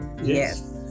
Yes